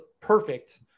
perfect